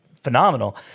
phenomenal